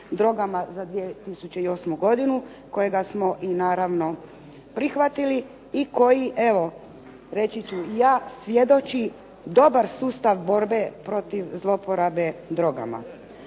za 2008. godinu, kojega smo i naravno prihvatili i koji evo reći ću i ja svjedoči dobar sustav borbe protiv zloporabe drogama.